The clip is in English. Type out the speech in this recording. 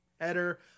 header